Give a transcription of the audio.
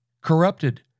corrupted